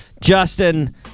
Justin